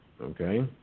Okay